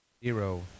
zero